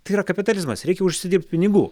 tai yra kapitalizmas reikia užsidirbt pinigų